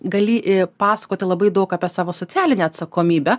gali pasakoti labai daug apie savo socialinę atsakomybę